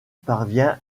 parvient